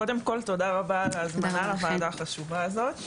קודם כל תודה רבה על ההזמנה לוועדה החשובה הזאת.